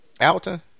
Alton